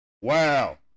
Wow